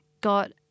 got